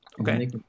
Okay